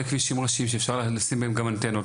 כבישים ראשיים שאפשר לשים בהם גם אנטנות.